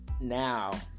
Now